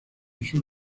sur